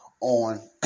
on